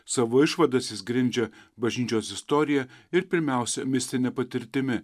savo išvadas jis grindžia bažnyčios istorija ir pirmiausia mistine patirtimi